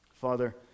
Father